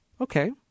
Okay